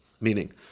meaning